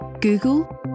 Google